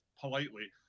politely